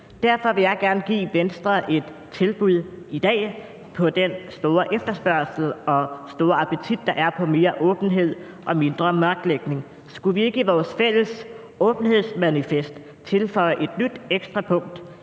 Derfor vil jeg gerne give Venstre et tilbud i dag i forhold til den store efterspørgsel og store appetit, der er efter mere åbenhed og mindre mørklægning: Skulle vi ikke i vores fælles åbenhedsmanifest tilføje et nyt ekstra punkt,